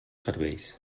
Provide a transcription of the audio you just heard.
serveis